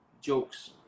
jokes